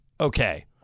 okay